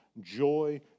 joy